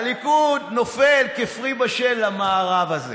הליכוד נופל כפרי בשל למארב הזה,